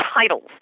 titles